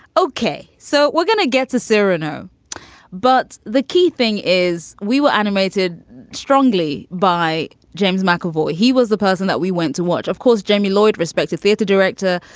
ok, so we're gonna get to serano but the key thing is we were animated strongly by james mcavoy. he was the person that we went to watch. of course, jamie lloyd, respected theater director.